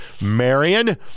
Marion